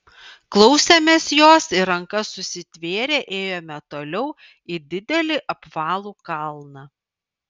klausėmės jos ir rankas susitvėrę ėjome toliau į didelį apvalų kalną